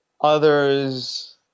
others